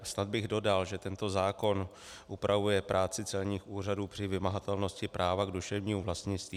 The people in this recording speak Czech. Snad bych dodal, že tento zákon upravuje práci celních úřadů při vymahatelnosti práva k duševnímu vlastnictví.